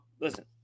listen